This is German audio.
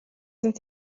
sind